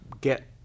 get